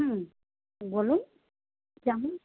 হুম বলুন কেমন